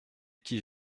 qui